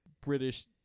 British